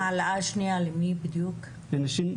למי בדיוק נועדה ההעלאה השנייה?